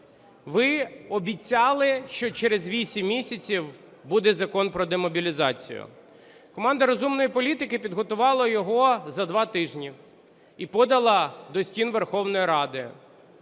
Ви обіцяли, що через 8 місяців буде закон про демобілізацію. Команда "Розумної політики" підготувала його з два тижні і подала до стін Верховної Ради.